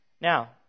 Now